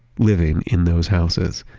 living in those houses.